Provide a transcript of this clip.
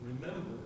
remember